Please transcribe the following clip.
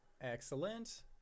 Excellent